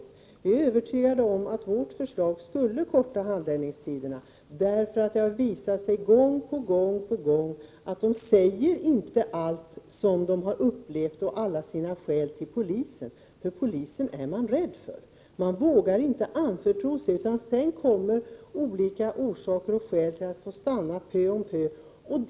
Vi i miljöpartiet är övertygade om att man med vårt förslag skulle kunna korta handläggningstiderna. Det har gång på gång visat sig att människor inte berättar om allt de har upplevt för polisen, och de anger inte alla sina skäl. Man är rädd för polisen och vågar inte anförtro sig, utan de olika orsaker man har för att stanna kommer sedan pö om pö.